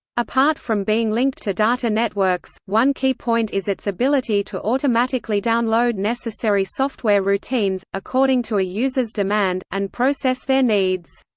apart from being linked to data networks, one key point is its ability to automatically download necessary software routines, according to a user's demand, and process their needs.